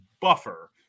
buffer